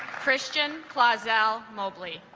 christian klaus l mobley